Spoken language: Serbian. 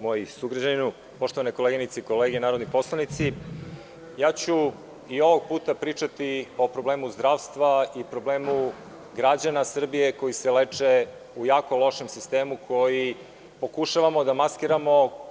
moj sugrađanine, poštovane koleginice i kolege narodni poslanici, i ovog puta ću pričati o problemu zdravstva i problemu građana Srbije koji se leče u jako lošem sistemu koji pokušavamo da maskiramo.